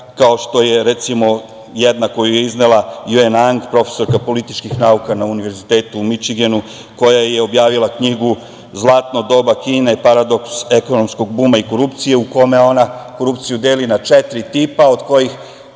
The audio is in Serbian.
kao što je, recimo, jedna koju je iznela Juen Ang, profesorka političkih nauka na Univerzitetu u Mičigenu, koja je objavila knjigu "Zlatno doba Kine, paradoks ekonomskog buma i korupcije" u kome ona korupciju deli na četiri tipa, od kojih